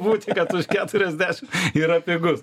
būti kad už keturiasdešim yra pigus